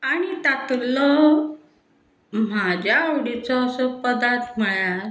आनी तातुंतलो म्हाज्या आवडीचो असो पदार्थ म्हळ्यार